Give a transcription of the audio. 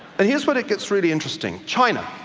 and here's where it gets really interesting. china.